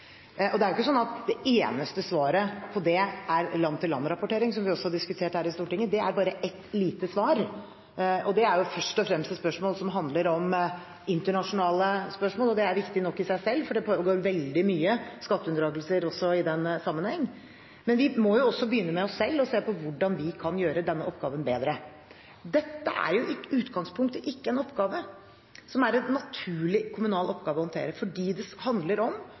og svart arbeid. Det er jo ikke sånn at det eneste svaret på det er land-for-land-rapportering, som vi også har diskutert her i Stortinget. Det er bare ett lite svar. Det er jo først og fremst et spørsmål som handler om internasjonale spørsmål, og det er viktig nok i seg selv, for det pågår veldig mye skatteunndragelse også i den sammenheng. Men vi må også begynne med oss selv og se på hvordan vi kan gjøre denne oppgaven bedre. Dette er i utgangspunktet ikke en oppgave som er en naturlig kommunal oppgave å håndtere, fordi det handler om